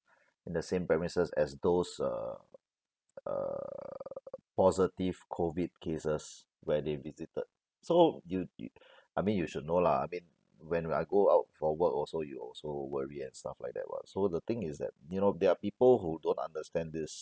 in the same premises as those uh uh positive COVID cases where they visited so you y~ I mean you should know lah I mean when I go out for work also you also worry and stuff like that [what] so the thing is that you know there are people who don't understand this